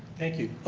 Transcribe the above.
thank you.